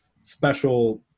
special